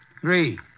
three